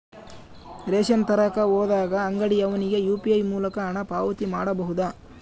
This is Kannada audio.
ರೇಷನ್ ತರಕ ಹೋದಾಗ ಅಂಗಡಿಯವನಿಗೆ ಯು.ಪಿ.ಐ ಮೂಲಕ ಹಣ ಪಾವತಿ ಮಾಡಬಹುದಾ?